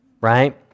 right